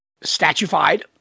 statuified